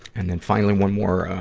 and then, finally, one more,